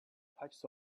patches